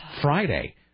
Friday